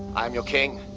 i am your king.